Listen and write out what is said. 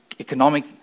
economic